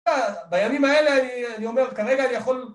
בימים האלה אני אומר, כרגע אני יכול